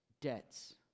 debts